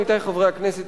עמיתי חברי הכנסת,